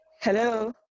Hello